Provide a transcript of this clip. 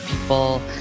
people